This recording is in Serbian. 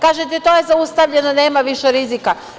Kažete, to je zaustavljeno, nema više rizika.